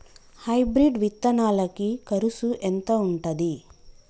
Hybrid విత్తనాలకి కరుసు ఎంత ఉంటది?